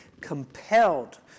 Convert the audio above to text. compelled